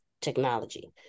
technology